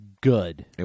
Good